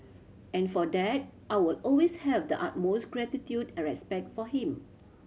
and for that I will always have the utmost gratitude and respect for him